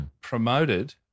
promoted